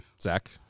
Zach